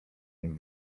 nim